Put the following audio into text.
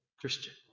Christian